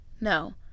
No